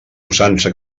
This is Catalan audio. usança